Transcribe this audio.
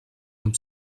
amb